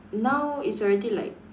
now it's already like